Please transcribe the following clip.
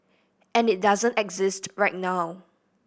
and it doesn't exist right now